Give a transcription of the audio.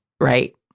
right